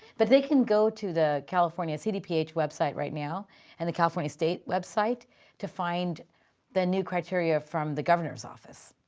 but they can go to the california cdph website right now and the california state website to find the new criteria from the governor's office.